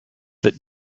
that